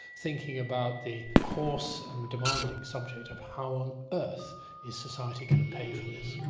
thinking about the coarse and demanding subject of how on earth is society going to pay for this?